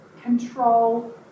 control